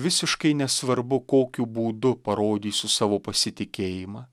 visiškai nesvarbu kokiu būdu parodysiu savo pasitikėjimą